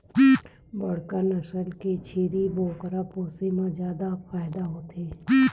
बड़का नसल के छेरी बोकरा पोसे म जादा फायदा होथे